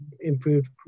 improved